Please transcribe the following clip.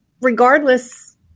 regardless